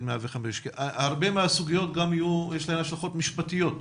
105. להרבה מהסוגיות יש גם השלכות משפטיות.